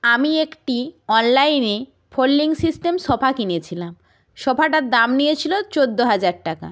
আমি একটি অনলাইনে ফোল্ডিং সিস্টেম সোফা কিনেছিলাম সোফাটার দাম নিয়েছিলো চোদ্দো হাজার টাকা